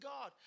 God